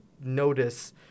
notice